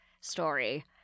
story